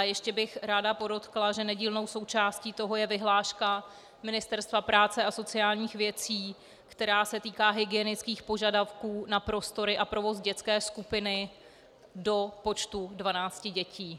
Ještě bych ráda podotkla, že nedílnou součástí toho je vyhláška Ministerstva práce a sociálních věcí, která se týká hygienických požadavků na prostory a provoz dětské skupiny do počtu dvanácti dětí.